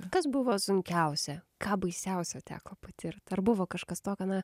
kas buvo sunkiausia ką baisiausio teko patirt ar buvo kažkas tokio na